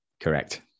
Correct